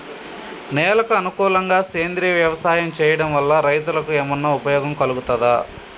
నేలకు అనుకూలంగా సేంద్రీయ వ్యవసాయం చేయడం వల్ల రైతులకు ఏమన్నా ఉపయోగం కలుగుతదా?